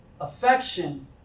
affection